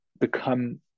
become